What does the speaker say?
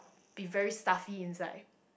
be very stuffy inside